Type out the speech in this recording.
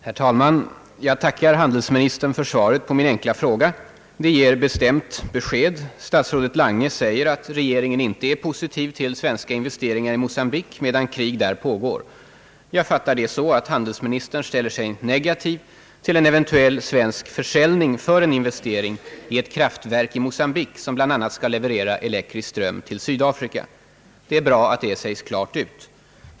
Herr talman! Jag tackar handelsministern för svaret på min enkla fråga. Det ger bestämt besked. Statsrådet Lange säger att regeringen inte är positiv till svenska investeringar i Mocambique medan krig där pågår. Jag fattar det så att handelsministern ställer sig negativ till en eventuell svensk försäljning för en investering i ett kraftverk i Mocambique, som bl.a. skall leverera elektrisk ström till Sydafrika. Det är bra att detta sägs klart ut.